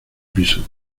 piso